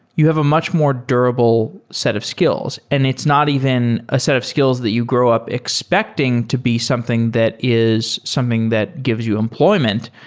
you have a much more durable set of skills, and it's not even a set of skills that you grow up expecting to be something that is something that gives you employment.